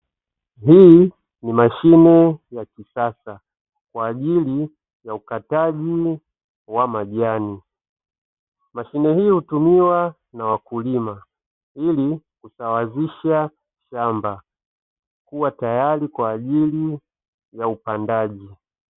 Hii ni mashine ya kisasa kwa ajili ya ukataji wa majani. Mashine hii hutumiwa na wakulima ili kusawazisha shamba kuwa tayari kwa ajili ya upandaji.